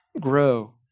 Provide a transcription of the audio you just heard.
grow